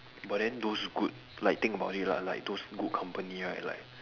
but then those good like think about it lah like those good company right like